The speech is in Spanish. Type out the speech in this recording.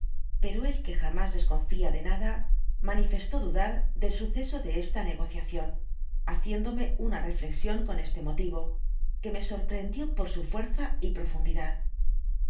pero él que jamas desconfía de nada manifestó dudar del suceso de esta negociación haciéndome una reflexión con este motivo que me sorprehendió por su fuerza y profundidad